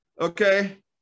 Okay